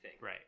Right